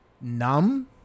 numb